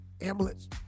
ambulance